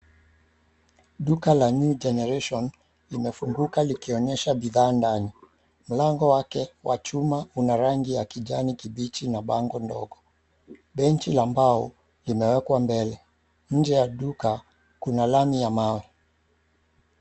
Duka la New generation limefunguka likionyesha bidhaa ndani. Mlango wake wa chuma unarangi ya kijani kibichi na bango ndogo , benchi la mbao limewekwa mbele, nje ya duka kuna lami ya mawe.